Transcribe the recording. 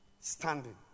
standing